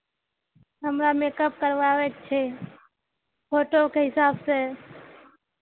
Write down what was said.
हमरा मेकअप करवाबयके छै फोटोके हिसाबसँ